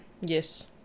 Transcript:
Yes